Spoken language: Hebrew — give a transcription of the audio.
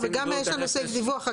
וגם יש לנו סעיף דיווח.